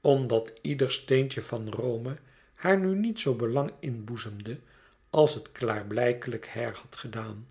omdat ieder steentje van rome haar nu niet z belang inboezemde als het klaarblijkelijk hare had gedaan